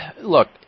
look